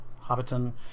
Hobbiton